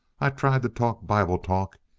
i tried to talk bible talk.